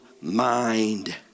mind